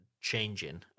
changing